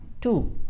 Two